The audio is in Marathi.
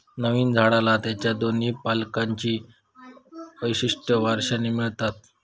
नवीन झाडाला त्याच्या दोन्ही पालकांची वैशिष्ट्ये वारशाने मिळतात